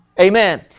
Amen